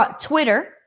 Twitter